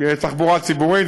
תחבורה ציבורית,